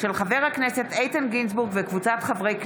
מאת חבר הכנסת איתן גינזבורג וקבוצת חברי הכנסת.